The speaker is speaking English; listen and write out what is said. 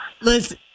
Listen